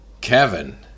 Kevin